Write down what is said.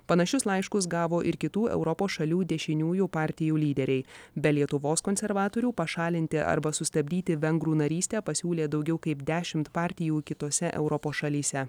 panašius laiškus gavo ir kitų europos šalių dešiniųjų partijų lyderiai be lietuvos konservatorių pašalinti arba sustabdyti vengrų narystę pasiūlė daugiau kaip dešim partijų kitose europos šalyse